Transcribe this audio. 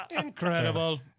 Incredible